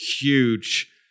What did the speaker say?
huge